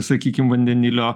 sakykim vandenilio